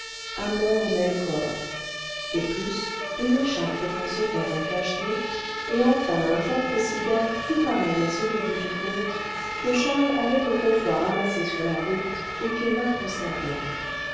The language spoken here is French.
amor nel cor de plus une écharpe pour se faire un cache-nez et enfin un porte cigares tout pareil à celui du vicomte que charles avait autrefois ramassé sur la route et qu'emma conservait